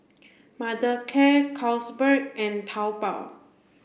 Mothercare Carlsberg and Taobao